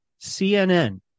CNN